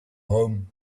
home